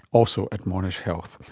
also at monash health.